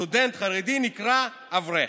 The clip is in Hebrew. סטודנט חרדי נקרא אברך.